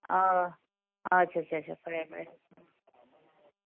ꯑꯥ ꯑꯠꯆꯥ ꯑꯠꯆꯥ ꯑꯠꯆꯥ ꯐꯔꯦ ꯐꯔꯦ